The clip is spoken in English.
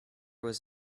was